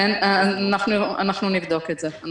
אנחנו נבדוק את זה.